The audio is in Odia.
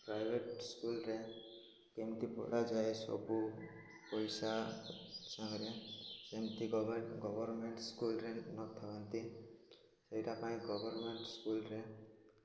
ପ୍ରାଇଭେଟ୍ ସ୍କୁଲରେ କେମିତି ପଢ଼ାଯାଏ ସବୁ ପଇସା ସାଙ୍ଗରେ ସେମିତି ଗଭର୍ନମେଣ୍ଟ ସ୍କୁଲରେ ନଥାନ୍ତି ସେଇଟା ପାଇଁ ଗଭର୍ନମେଣ୍ଟ ସ୍କୁଲରେ